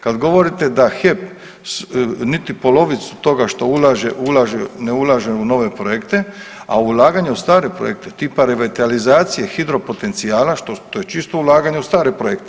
Kad govorite da HEP niti polovicu toga što ulaže, ne ulaže u nove projekte a ulaganje u stare projekte tipa revitalizacije hidro potencijala, to je čisto ulaganje u stare projekte.